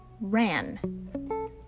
ran